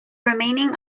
remaining